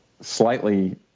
slightly